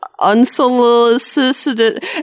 unsolicited